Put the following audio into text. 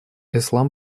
ислам